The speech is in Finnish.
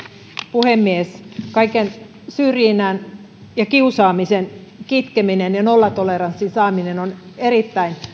puhemies kaiken syrjinnän ja kiusaamisen kitkeminen ja nollatoleranssin saaminen on erittäin